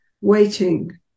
waiting